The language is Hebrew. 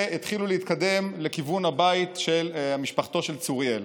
והתחילו להתקדם לכיוון הבית של משפחתו של צוריאל.